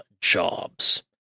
jobs